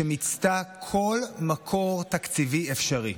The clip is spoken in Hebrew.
שמיצתה כל מקור תקציבי אפשרי,